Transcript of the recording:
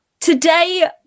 Today